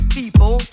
people